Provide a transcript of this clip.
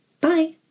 Bye